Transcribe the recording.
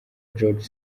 george